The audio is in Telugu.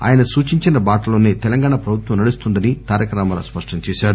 ఆయన సూచించిన బాటలోసే తెలంగాణ ప్రభుత్వం నడుస్తోందని తారక రామారావు స్పష్టం చేశారు